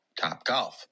Topgolf